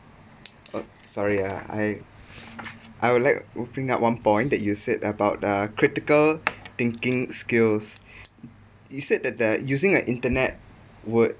uh sorry ah I I I would like to bring up one point that you said about the critical thinking skills you said that the using an internet would